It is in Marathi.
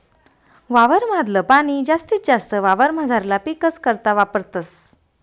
वावर माधल पाणी जास्तीत जास्त वावरमझारला पीकस करता वापरतस